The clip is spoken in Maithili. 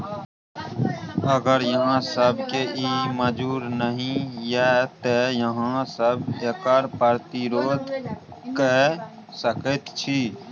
अगर अहाँ सभकेँ ई मजूर नहि यै तँ अहाँ सभ एकर प्रतिरोध कए सकैत छी